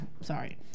Sorry